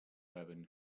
urban